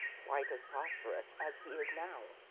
quite as prosperous, as he is now.